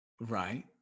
Right